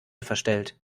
verstellt